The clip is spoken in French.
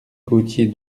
gaultier